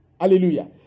Hallelujah